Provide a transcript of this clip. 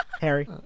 Harry